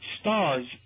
stars